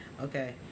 Okay